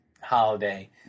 holiday